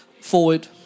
forward